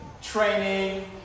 training